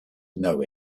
know